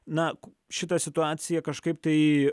na šitą situaciją kažkaip tai